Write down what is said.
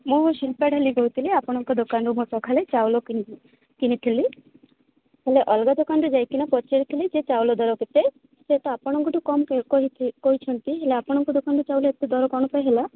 ମୁଁ ଶିଳ୍ପା ଢାଲୀ କହୁଥିଲି ଆପଣଙ୍କ ଦୋକାନରୁ ମୁଁ ସକାଳେ ଚାଉଳ କିଣି କିଣିଥିଲି ହେଲେ ଅଲଗା ଦୋକାନରେ ଯାଇ କିନା ପଚାରିଥିଲି ଯେ ଚାଉଳ ଦର କେତେ ହୁଏତ ଆପଣଙ୍କଠୁ କମ୍ କହି କହି କହିଛନ୍ତି ହେଲେ ଆପଣଙ୍କ ଦୋକାନରୁ ଚାଉଳ ଏତେ ଦର କ'ଣ ପାଇଁ ହେଲା